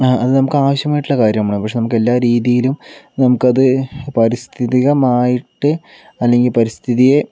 ആ നമുക്ക് ആവശ്യമായിട്ടുള്ള കാര്യം പക്ഷെ നമ്മൾ എല്ലാ രീതിയിലും നമുക്ക് അത് പരിസ്ഥിതികമായിട്ട് അല്ലെങ്കിൽ പരിസ്ഥിതിയെ